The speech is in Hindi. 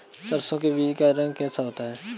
सरसों के बीज का रंग कैसा होता है?